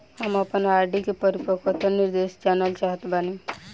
हम आपन आर.डी के परिपक्वता निर्देश जानल चाहत बानी